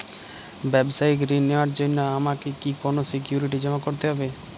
ব্যাবসায়িক ঋণ নেওয়ার জন্য আমাকে কি কোনো সিকিউরিটি জমা করতে হবে?